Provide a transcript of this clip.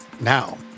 now